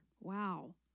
Wow